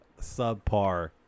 subpar